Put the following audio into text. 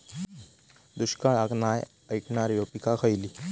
दुष्काळाक नाय ऐकणार्यो पीका खयली?